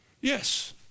Yes